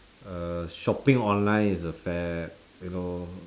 uh shopping online is a fad you know